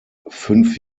fünf